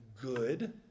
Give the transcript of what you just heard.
good